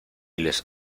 les